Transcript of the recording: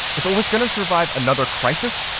if it was going to survive another crisis,